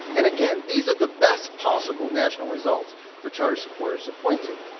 and again, these are the best possible national results for charter supporters to point to.